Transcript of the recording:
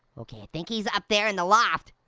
okay, i think he's up there in the loft.